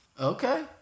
Okay